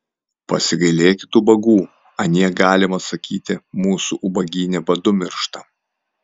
pasigailėkit ubagų anie galima sakyti mūsų ubagyne badu miršta